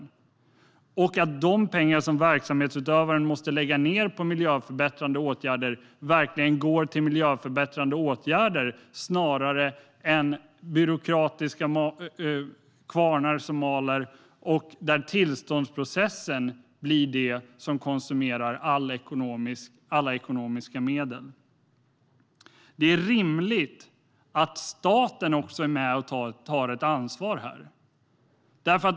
Vi måste ha en ordning där de pengar som verksamhetsutövaren måste lägga ned på miljöförbättrande åtgärder verkligen går till miljöförbättrande åtgärder snarare än till byråkratiska kvarnar som maler och till tillståndsprocessen som konsumerar alla ekonomiska medel. Det är rimligt att staten också är med och tar ett ansvar här.